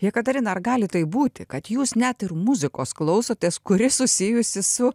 jekaterina ar gali taip būti kad jūs net ir muzikos klausotės kuri susijusi su